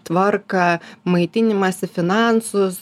tvarką maitinimąsi finansus